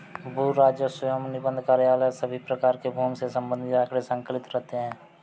भू राजस्व एवं निबंधन कार्यालय में सभी प्रकार के भूमि से संबंधित आंकड़े संकलित रहते हैं